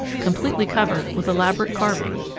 completely covered with elaborate carving.